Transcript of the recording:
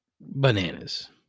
Bananas